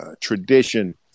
tradition